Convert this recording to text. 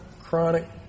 chronic